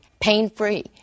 pain-free